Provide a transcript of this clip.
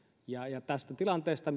ja ja tästä tilanteesta